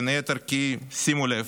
בין היתר, שימו לב: